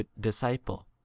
disciple